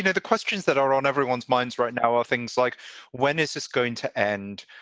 and the questions that are on everyone's minds right now are things like when is this going to end?